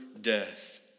death